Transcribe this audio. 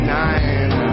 nine